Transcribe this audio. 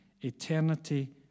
eternity